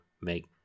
make